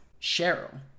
Cheryl